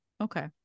Okay